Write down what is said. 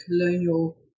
colonial